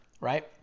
right